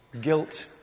guilt